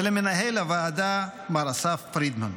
ולמנהל הוועדה מר אסף פרידמן.